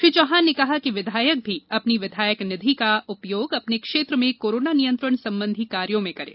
श्री चौहान ने कहा कि विधायकगण अपने विधायक निधि का उपयोग अपने क्षेत्र में कोरोना नियंत्रण संबंधी कार्यो में उपयोग करें